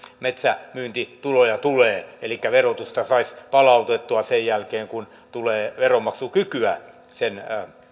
metsämyyntituloja tulee elikkä verotusta saisi palautettua sen jälkeen kun tulee veronmaksukykyä sen